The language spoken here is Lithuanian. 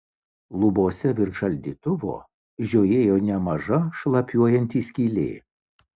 lubose virš šaldytuvo žiojėjo nemaža šlapiuojanti skylė